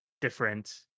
different